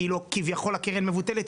כביכול הקרן מבוטלת,